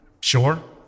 sure